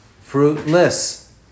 Fruitless